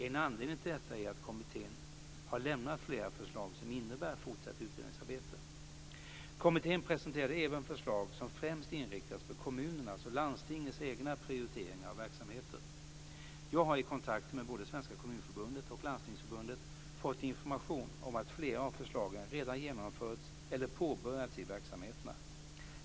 En anledning till detta är att kommittén har lämnat flera förslag som innebär fortsatt utredningsarbete. Kommittén presenterade även förslag som främst inriktas på kommunernas och landstingens egna prioriteringar och verksamheter. Jag har i kontakter med både Svenska Kommunförbundet och Landstingsförbundet fått information om att flera av förslagen redan genomförts eller påbörjats i verksamheterna.